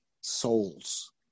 souls